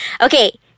Okay